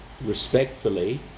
respectfully